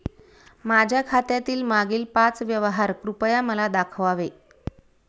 माझ्या खात्यातील मागील पाच व्यवहार कृपया मला दाखवावे